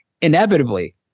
inevitably